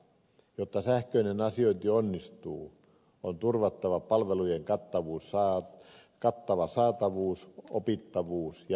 jotta sähköinen asiointi onnistuu on turvattava palvelujen kattava saatavuus opittavuus ja helppokäyttöisyys